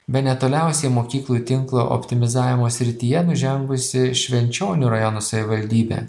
bene toliausiai mokyklų tinklo optimizavimo srityje nužengusi švenčionių rajono savivaldybė